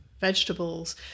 vegetables